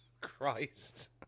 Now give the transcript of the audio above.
Christ